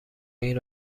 این